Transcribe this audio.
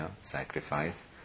sacrifice